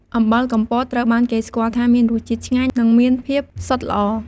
អំបិលកំពតត្រូវបានគេស្គាល់ថាមានរសជាតិឆ្ងាញ់ និងមានភាពសុទ្ធល្អ។